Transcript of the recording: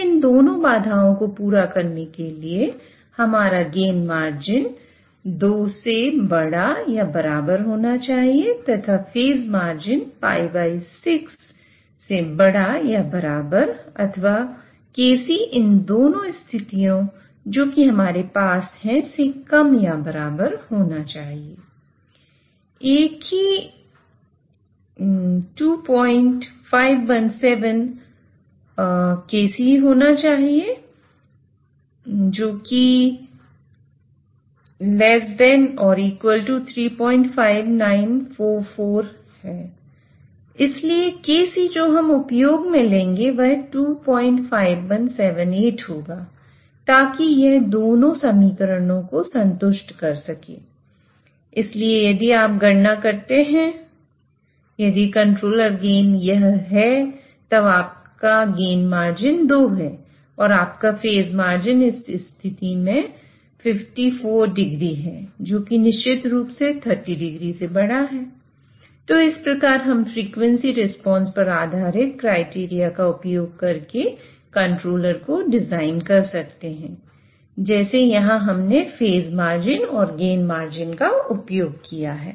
इसलिए इन दोनों बाधाओं को पूरा करने के लिएहमारा गेन मार्जिन का उपयोग किया